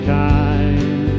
time